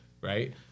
right